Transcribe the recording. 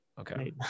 okay